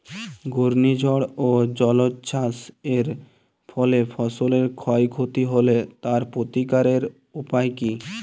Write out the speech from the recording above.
ঘূর্ণিঝড় ও জলোচ্ছ্বাস এর ফলে ফসলের ক্ষয় ক্ষতি হলে তার প্রতিকারের উপায় কী?